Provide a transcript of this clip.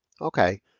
Okay